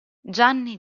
gianni